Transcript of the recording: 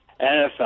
NFL